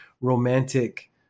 romantic